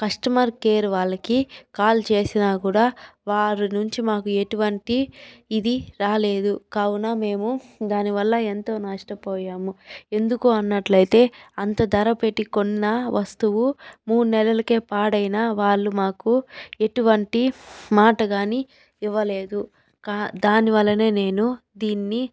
customer care వాళ్ళకి call చేసినా కూడా వారి నుంచి మాకు ఎటువంటి ఇది రాలేదు కావున మేము దానివల్ల ఎంతో నష్టపోయాము ఎందుకు అన్నట్లయితే అంత ధర పెట్టి కొన్న వస్తువు మూడు నెలలకే పాడైన వాళ్లు మాకు ఎటువంటి మాట కాని ఇవ్వలేదు కా దానివల్లనే నేను దీన్ని